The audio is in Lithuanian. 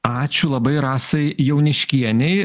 ačiū labai rasai jauniškienei